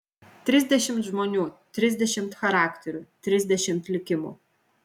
trisdešimt žmonių trisdešimt charakterių trisdešimt likimų